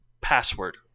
password